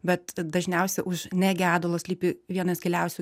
bet dažniausiai už negedulo slypi vienas giliausių